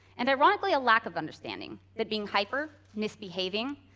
and ironically a lack of understanding that being hyper, misbehaving,